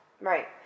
Right